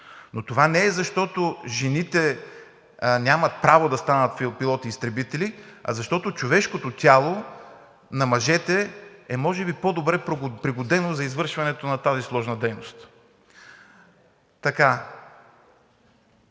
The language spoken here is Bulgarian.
но това не е защото жените нямат право да станат пилот изтребители, а защото човешкото тяло на мъжете е може би по-добре пригодено за извършването на тази сложна дейност.